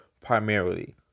primarily